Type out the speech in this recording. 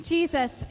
Jesus